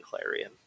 Clarion